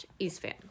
eastfan